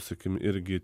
sakykim irgi